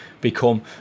become